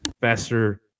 faster